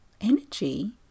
energy